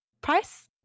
price